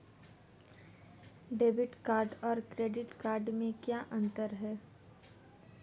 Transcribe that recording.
Debit card और credit card में क्या अंतर है?